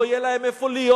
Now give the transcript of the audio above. לא יהיה להם איפה להיות.